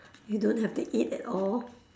you don't have to eat at all